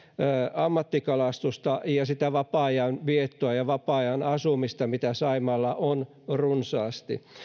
ammattikalastusta ja sitä vapaa ajanviettoa ja vapaa ajanasumista mitä saimaalla on runsaasti